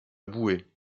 bouée